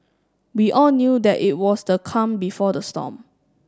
we all knew that it was the calm before the storm